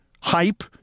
hype